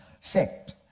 sect